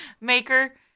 maker